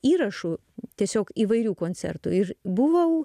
įrašų tiesiog įvairių koncertų ir buvau